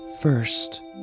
First